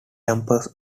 jumps